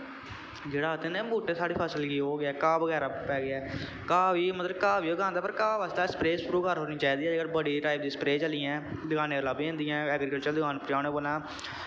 जेह्ड़ा आखदे नी एह् बूह्टा साढ़ी फसल गी ओह् हो गेआ ऐ घाह् बगैरा पै गेआ ऐ घाह् गी मतलब घाह् च गंद पर घाह् बास्तै अस स्प्रे स्प्रू करा ओड़नी चाहिदी ऐ जेह्ड़ी अज्जकल बड़ी टाइप दी स्प्रे चली ऐ दकानें पर लब्भ जंदियां ने ऐग्रीकल्चर आह्ली दकान पर जाने पौना